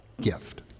gift